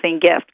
gift